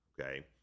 Okay